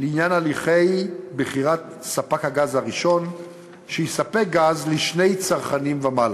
לעניין הליכי בחירת ספק הגז הראשון שיספק גז לשני צרכנים ומעלה.